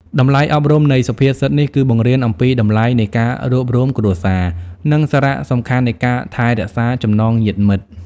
តម្លៃអប់រំនៃសុភាសិតនេះគឺបង្រៀនអំពីតម្លៃនៃការរួបរួមគ្រួសារ និងសារៈសំខាន់នៃការថែរក្សាចំណងញាតិមិត្ត។